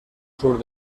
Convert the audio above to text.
sur